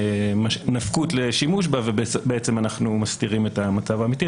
נפקות לשימוש בה ובעצם אנחנו מסתירים את המצב האמיתי.